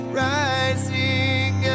rising